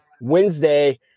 Wednesday